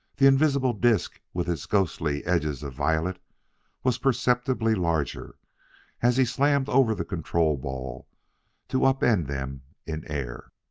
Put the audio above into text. the invisible disk with its ghostly edges of violet was perceptibly larger as he slammed over the control-ball to up-end them in air.